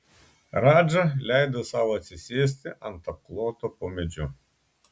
radža leido sau atsisėsti ant apkloto po medžiu